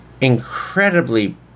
incredibly